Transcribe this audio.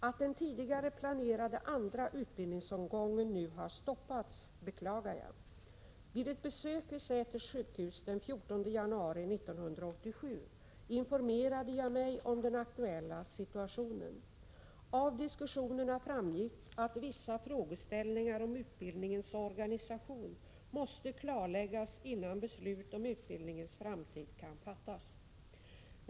Att den tidigare planerade andra utbildningsomgången nu har stoppats beklagar jag. Vid ett besök vid Säters sjukhus den 14 januari 1987 informerade jag mig om den aktuella situationen. Av diskussionerna framgick att vissa frågeställningar om utbildningens organisation måste klarläggas, innan beslut om utbildningens framtid kan fattas.